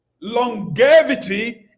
longevity